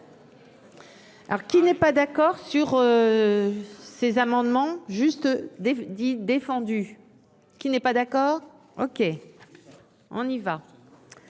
Alors qu'il n'est pas d'accord sur ces amendements, juste des 10 défendu qui n'est pas d'accord, OK, on y va